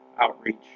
outreach